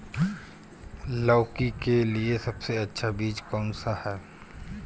लौकी के लिए सबसे अच्छा बीज कौन सा है?